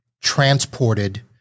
transported